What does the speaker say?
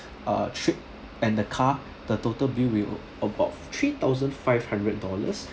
ah trip and the car the total bill will about three thousand five hundred dollars